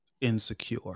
insecure